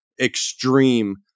extreme